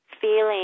feeling